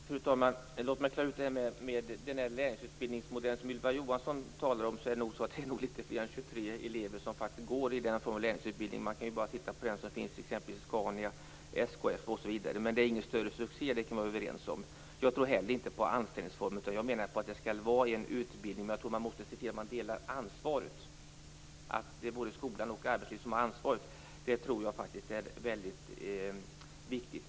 Fru talman! Låt mig klara ut det här med den lärlingsutbildningsmodell som Ylva Johansson talar om. Det är nog så att det är litet fler än 23 elever som faktiskt går en sådan lärlingsutbildning. Man kan ju bara titta på den som finns hos t.ex. Scania och SKF. Men det är ingen större succé, det kan vi vara överens om. Jag tror heller inte på anställningsformer, utan jag menar att det skall vara en utbildning. Men jag tror att man måste se till att man delar ansvaret så att det är både skola och arbetsliv som har ansvaret. Det tror jag faktiskt är väldigt viktigt.